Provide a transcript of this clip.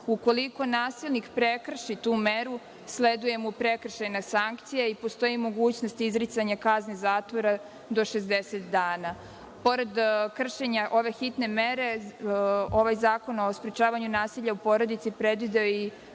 Ukoliko nasilnik prekrši tu meru, sleduje mu prekršajna sankcija i postoji mogućnost izricanja kazni zatvora do 60 dana. Pored kršenja ove hitne mere, ovaj zakon o sprečavanju nasilja u porodici predvideo